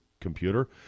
computer